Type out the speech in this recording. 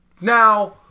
Now